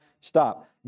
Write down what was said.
stop